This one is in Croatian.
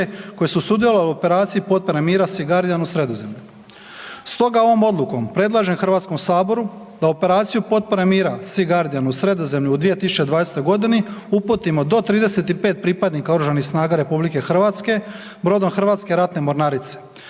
koji su sudjelovali u operaciji potpore mira „Sea guardian“ u Sredozemlju. Stoga ovom odlukom predlažem Hrvatskom saboru da operaciju potpore mira „Sea guardian“ u Sredozemlju u 2020. g. uputim do 35 pripadnika Oružanih snaga RH brodom HRM-a. Planirano